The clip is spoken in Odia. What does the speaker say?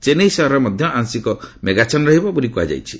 ଚେନ୍ନାଇ ସହର ମଧ୍ୟ ଆଂଶିକ ମେଘାଚ୍ଚନ ରହିବ ବୋଲି କୁହାଯାଇଛି